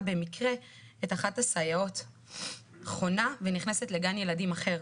במקרה את אחת הסייעות חונה ונכנסת לגן ילדים אחר.